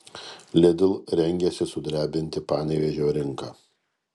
lidl rengiasi sudrebinti panevėžio rinką